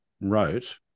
wrote